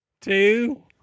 two